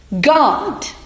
God